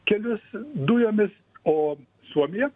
kelius dujomis o suomija